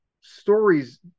stories